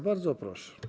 Bardzo proszę.